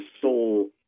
soul